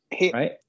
Right